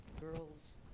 girls